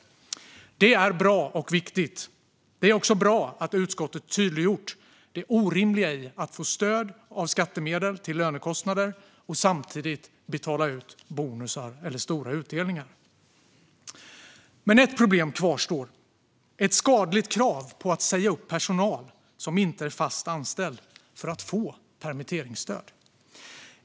Det är bra och viktigt. Det är också bra att utskottet har tydliggjort det orimliga i att få stöd av skattemedel till lönekostnader och samtidigt betala ut bonusar eller stora utdelningar. Ett problem kvarstår dock: ett skadligt krav på att säga upp personal som inte är fast anställd för att få permitteringsstöd.